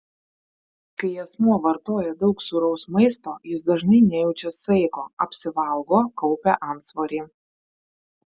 kai asmuo vartoja daug sūraus maisto jis dažnai nejaučia saiko apsivalgo kaupia antsvorį